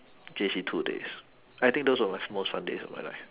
J_C two days I think those were my most fun days of my life